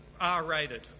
R-rated